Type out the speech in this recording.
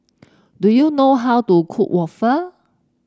do you know how to cook waffle